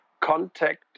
contact